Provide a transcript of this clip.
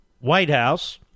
Whitehouse